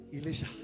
Elisha